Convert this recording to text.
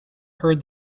heard